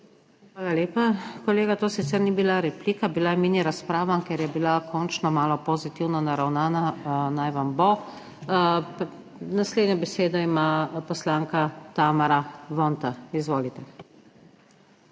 Hvala lepa. Kolega, to sicer ni bila replika, bila je mini razprava, ker je bila končno malo pozitivno naravnana, naj vam bo. Naslednja, besedo ima poslanka Tamara Vonta, izvolite. **TAMARA